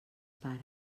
pares